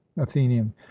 athenian